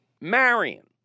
Marion